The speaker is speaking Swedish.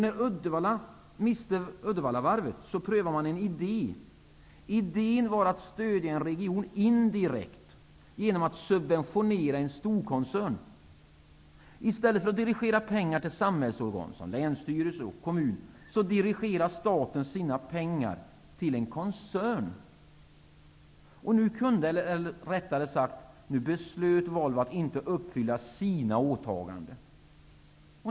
När Uddevalla miste Uddevallavarvet prövade man en idé. Idén var att stödja en region indirekt genom att subventionera en storkoncern. I stället för att dirigera pengar till samhällsorgan som länsstyrelse och kommun, dirigerade staten sina pengar till en koncern. Nu kunde -- eller rättare sagt, nu beslöt -- Volvo att inte uppfylla sina åtaganden.